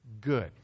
good